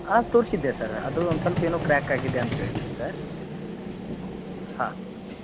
ಹಾಂ ತೋರಿಸಿದ್ದೆ ಸರ್ ಅದು ಒಂದು ಸ್ವಲ್ಪ್ ಏನೋ ಕ್ರ್ಯಾಕ್ ಆಗಿದೆ ಅಂತ ಹೇಳಿದ್ದಿರಿ ಸರ್ ಹಾಂ